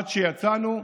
עד שיצאנו,